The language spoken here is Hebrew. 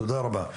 תודה רבה.